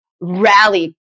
rally